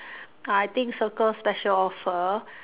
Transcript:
I think circle special offer